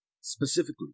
specifically